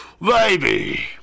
Baby